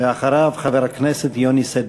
אחריו חבר הכנסת יוני שטבון.